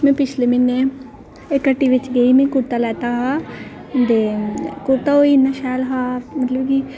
में पिछले म्हीनै इक हट्टी बिच गेई ही में कुरता लैता हा ते कुरता ओह् इन्ना शैल हा मतलब कि